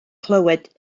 clywed